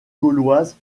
gauloise